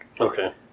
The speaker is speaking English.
Okay